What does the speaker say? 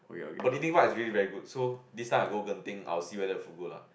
but the eating part is really very good so this time I go Genting I will see whether the food good lah